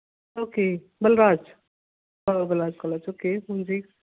okay Balraj Baba Balraj college 'ਚ okay ਹਾਂਜੀ